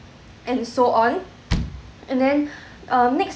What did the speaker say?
and so on and then uh next